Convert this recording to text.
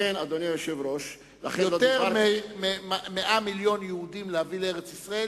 יותר מ-100 מיליון יהודים להביא לארץ-ישראל,